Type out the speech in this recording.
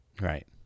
Right